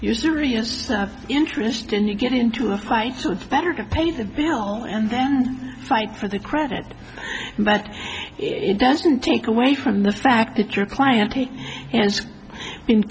you seriously have interest in you get into a fight so it's better to pay the bill and then fight for the credit but it doesn't take away from the fact that your client and in